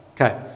Okay